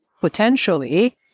potentially